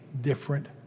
different